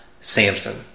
Samson